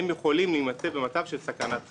הם יכולים להימצא במצב של סכנת חיים.